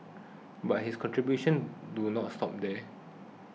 but his contribution do not stop there